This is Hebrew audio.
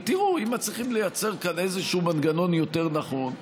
ותראו אם מצליחים לייצר כאן איזשהו מנגנון יותר נכון.